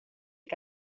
que